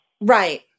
Right